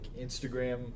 Instagram